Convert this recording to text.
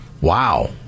wow